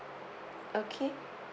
okay